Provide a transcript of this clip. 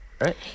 Right